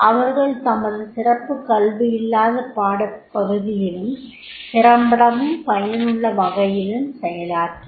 அவர்கள் தமது சிறப்புக் கல்வியில்லாத பாடப் பகுதியிலும் திறம்படவும் பயனுள்ள வகையிலும் செயலாற்றுவர்